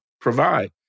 provide